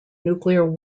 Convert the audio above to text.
nuclear